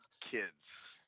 kids